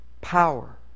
power